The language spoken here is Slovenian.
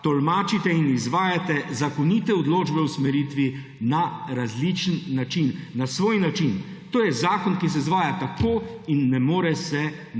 tolmačite in izvajate zakonite odločbe o usmeritvi na različen način, na svoj način. To je zakon, ki se izvaja tako, in ne more se